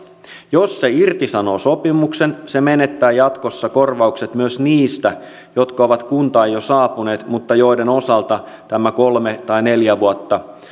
jos se irtisanoo sopimuksen se menettää jatkossa korvaukset myös niistä jotka ovat kuntaan jo saapuneet mutta joiden osalta tämä kolme tai neljä vuotta